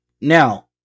now